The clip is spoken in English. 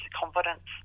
confidence